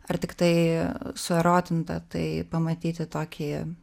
ar tiktai suerotinta tai pamatyti tokį